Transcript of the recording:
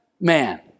man